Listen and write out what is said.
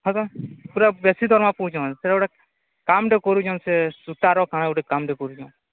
ସେ ତ ପୁରା ବେଶୀ ଦରମା ପାଉଁଛନ୍ ସେ ଗୋଟେ କାମ୍ଟେ କରୁଛନ୍ ସେ ସୂତାର କ'ଣ ଗୋଟେ କାମ୍ଟେ କରୁଛନ୍